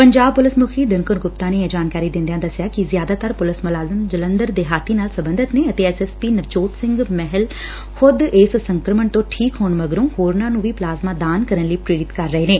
Punjab police ਮੁਖੀ ਦਿਨਕਰ ਗੁਪਤਾ ਨੇ ਇਹ ਜਾਣਕਾਰੀ ਦਿਦਿਆ ਦਸਿਆ ਕਿ ਜ਼ਿਆਦਾਤਰ ਪੁਲਿਸ ਮੁਲਾਜ਼ਮ ਜਲੰਧਰ ਦੇਹਾਤੀ ਨਾਲ ਸਬੰਧਤ ਨੇ ਅਤੇ S S P Navjot Singh Mahal ਖੁਦ ਇਸ ਸੰਕਰਮਣ ਤੋਂ ਠੀਕ ਹੋਣ ਮਗਰੋਂ ਹੋਰਨਾਂ ਨੂੰ ਵੀ ਪਲਾਜ਼ਮਾ ਦਾਨ ਕਰਨ ਲਈ ਪ੍ਰੇਰਿਤ ਕਰ ਰਹੇ ਨੇ